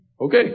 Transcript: Okay